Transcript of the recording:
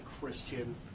Christian